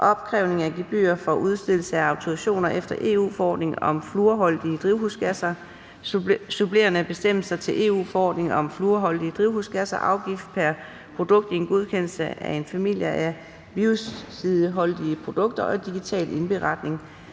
(Opkrævning af gebyr for udstedelse af autorisationer efter EU-forordning om fluorholdige drivhusgasser, supplerende bestemmelser til EU-forordning om fluorholdige drivhusgasser, afgift pr. produkt i en godkendelse af en familie af biocidholdige produkter og digital indberetning